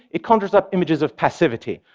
it conjures up images of passivity,